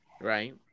Right